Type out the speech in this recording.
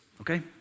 okay